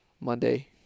Monday